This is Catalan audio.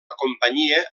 companyia